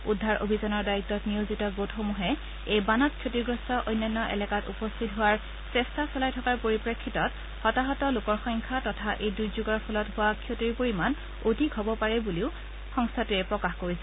উদ্ধাৰ অভিযানৰ দায়িত্বত নিয়োজিত গোটসমূহে এই বানত ক্ষতিগ্ৰস্ত অন্যান্য এলেকাত উপস্থিত হোৱাৰ চেষ্টা চলাই থকাৰ পৰিপ্ৰেক্ষিতত হতাহত লোকৰ সংখ্যা তথা এই দূৰ্যোগৰ ফলত হোৱা ক্ষতিৰ পৰিমাণ অধিক হ'ব পাৰে বুলিও সংস্থাটোৱে প্ৰকাশ কৰিছে